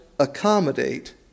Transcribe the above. accommodate